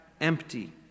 empty